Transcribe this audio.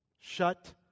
Shut